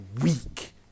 weak